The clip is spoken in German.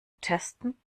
testen